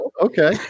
Okay